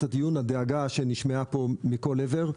הדיון לגבי הדאגה שנשמעה פה מכל עבר.